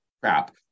crap